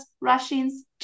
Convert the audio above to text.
Russians